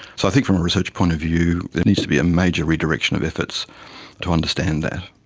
so i think from research point of view there needs to be a major redirection of efforts to understand that.